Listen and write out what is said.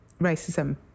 racism